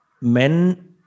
men